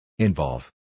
Involve